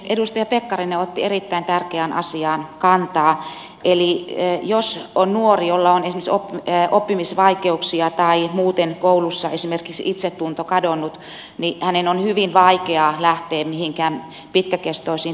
edustaja pekkarinen otti erittäin tärkeään asiaan kantaa eli jos on nuori jolla on esimerkiksi oppimisvaikeuksia tai muuten koulussa esimerkiksi itsetunto kadonnut niin hänen on hyvin vaikeaa lähteä mihinkään pitkäkestoisiin teoriaopintoihin